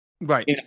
Right